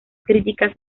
críticas